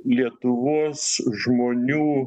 lietuvos žmonių